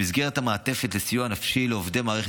במסגרת המעטפת לסיוע נפשי לעובדי מערכת